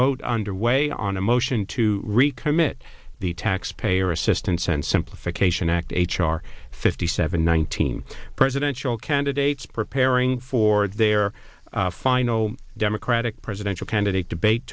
vote underway on a motion to recommit the taxpayer assistance and simplification act h r fifty seven one team presidential candidates preparing for their final democratic presidential candidate debate